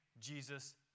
Jesus